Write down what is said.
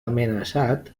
amenaçat